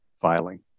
filing